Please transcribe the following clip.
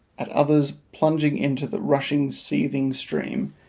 at others plunging into the rushing, seething stream,